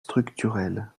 structurel